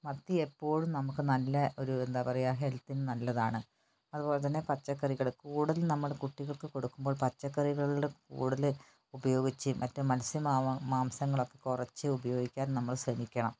മത്തി എപ്പോഴും നമുക്ക് നല്ല ഒരു എന്താ പറയുക ഹെൽത്തിനു നല്ലതാണ് അതുപോലെത്തന്നെ പച്ചക്കറികൾ കൂടുതലും നമ്മുടെ കുട്ടികൾക്ക് കൊടുക്കുമ്പോൾ പച്ചക്കറികളുടെ കൂടുതൽ ഉപയോഗിച്ച് മറ്റ് മത്സ്യ മാംസങ്ങളൊക്കെ കുറച്ച് ഉപയോഗിക്കാൻ നമ്മൾ ശ്രമിക്കണം